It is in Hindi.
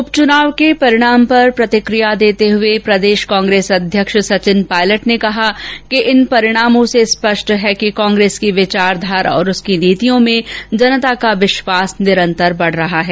उपचुनाव के परिणाम पर प्रतिक्रिया देते हुए प्रदेश कांप्रेस अध्यक्ष सचिन पायलट ने कहा कि इन परिणामों से स्पष्ट है कि कांग्रेस की विचारधारा और उसकी नीतियों में जनता का विश्वास निरन्तर बढ रहा है